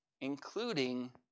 including